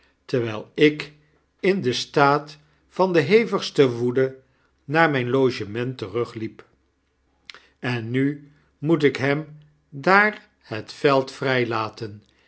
terwijl ik in den staat van de hevigste woede naar mijn logement terugliep en nu moet ik hem daar het veld vrij laten